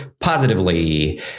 positively